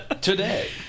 today